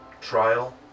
trial